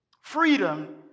Freedom